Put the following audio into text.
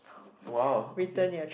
!wah! okay